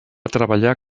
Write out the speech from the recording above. treballar